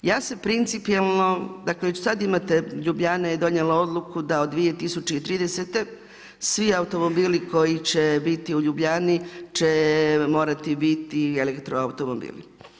Ja se principijalno, dakle, već sad imate Ljubljana je donijela odluku, da od 2030. svi automobili koji će biti u Ljubljani, će morati biti elektroautomobili.